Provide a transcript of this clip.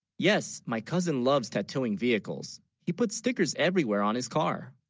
yes my cousin loves tattooing vehicles he put stickers everywhere on his car